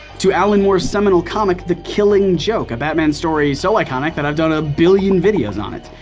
to alan moore's seminal comic, the killing joke, a batman story so iconic that i've done a billion videos on it.